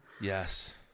Yes